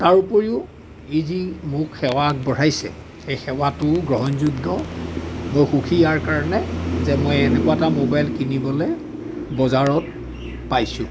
তাৰোপৰিও এই যি মোক সেৱা আগবঢ়াইছে এই সেৱাটোও গ্ৰহণযোগ্য মই সুখী ইয়াৰ কাৰণে যে মই এনেকুৱা এটা মোবাইল কিনিবলৈ বজাৰত পাইছোঁ